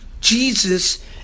Jesus